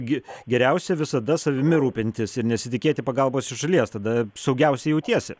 gi geriausia visada savimi rūpintis ir nesitikėti pagalbos iš šalies tada saugiausiai jautiesi